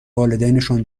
والدینشان